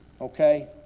okay